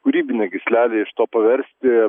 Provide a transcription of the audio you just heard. kūrybinę gyslelę iš to paversti